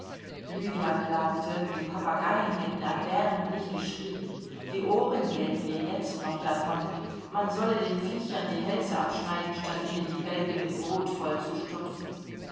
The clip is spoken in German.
lydia klagte die papageien hätten erbärmlich geschrien die ohren gellten ihr jetzt noch davon man solle den viechern die hälse abschneiden statt ihnen die bälge mit brot vollzustopfen